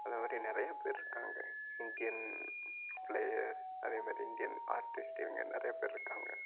அது மாதிரி நிறைய பேர் இருக்காங்க இண்டியன் பிளேயர்ஸ் அதே மாரி இண்டியன் ஆர்ட்டிஸ்ட் இவங்க நிறைய பேர் இருக்காங்க